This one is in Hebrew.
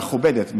מכובדת,